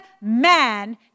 man